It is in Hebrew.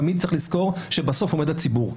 תמיד צריך לזכור שבסוף עומד הציבור.